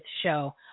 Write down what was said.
show